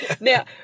Now